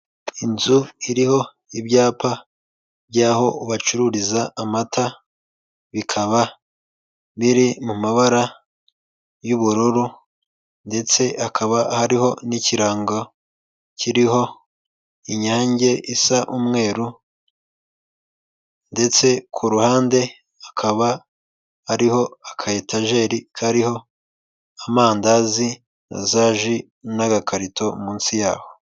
Inzu iriho ibyapa by'aho bacururiza amata, bikaba biri mu mabara y'ubururu ndetse hakaba hariho n'ikirango kiriho inyange isa umweru ndetse ku ruhande hakaba hariho akayetajeri kariho amandazi na za ji n'agakarito munsi yaho.